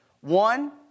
One